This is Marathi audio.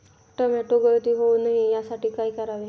टोमॅटो गळती होऊ नये यासाठी काय करावे?